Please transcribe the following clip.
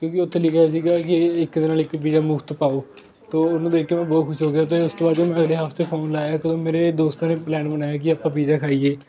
ਕਿਉਂਕਿ ਉੱਥੇ ਲਿਖਿਆ ਸੀਗਾ ਕਿ ਇੱਕ ਦੇ ਨਾਲ ਇੱਕ ਪੀਜ਼ਾ ਮੁਫ਼ਤ ਪਾਓ ਤੋ ਉਹਨੂੰ ਦੇਖ ਕੇ ਮੈਂ ਬਹੁਤ ਖੁਸ਼ ਹੋ ਗਿਆ ਅਤੇ ਉਸ ਤੋਂ ਬਾਅਦ ਫਿਰ ਮੈਂ ਅਗਲੇ ਹਫ਼ਤੇ ਫ਼ੋਨ ਲਾਇਆ ਕਿਉਂ ਮੇਰੇ ਦੋਸਤਾਂ ਨੇ ਪਲੈਨ ਬਣਾਇਆ ਕਿ ਆਪਾਂ ਪੀਜ਼ਾ ਖਾਈਏ